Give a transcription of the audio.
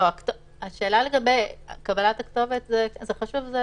החברות האלה מתמודדות מבחינה תחרותית עם האפליקציות של